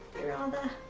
here are the